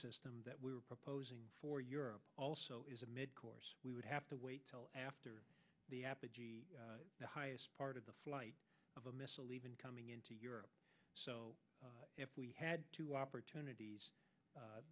system that we're proposing for europe also is a mid course we would have to wait till after the highest part of the flight of a missile even coming into europe so if we had two opportunities